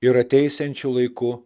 ir ateisiančiu laiku